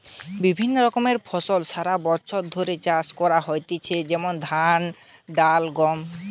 বিভিন্ন রকমের ফসল সারা বছর ধরে চাষ করা হইতেছে যেমন ধান, ডাল, গম